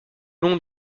long